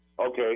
Okay